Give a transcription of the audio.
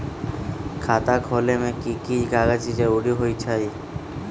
खाता खोले में कि की कागज के जरूरी होई छइ?